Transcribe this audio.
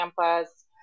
campus